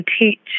Teach